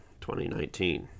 2019